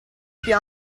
più